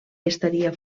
estaria